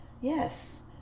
Yes